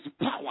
power